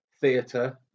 theatre